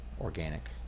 organic